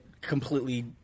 completely